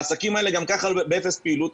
העסקים האלה גם ככה באפס פעילות,